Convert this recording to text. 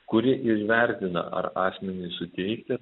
kuri ir vertina ar asmeniui suteikti